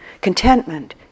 Contentment